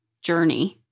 journey